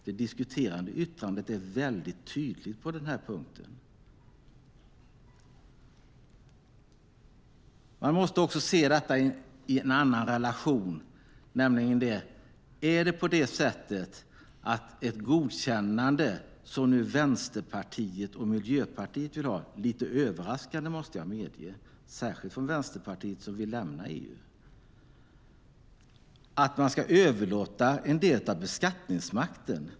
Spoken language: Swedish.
Det diskuterande yttrandet är tydligt på den här punkten. Man måste också se detta i en annan relation. Vänsterpartiet och Miljöpartiet vill nu ha ett godkännande - det är lite överraskande, måste jag medge, särskilt från Vänsterpartiet, som vill lämna EU - när det gäller att man ska överlåta en del av beskattningsmakten.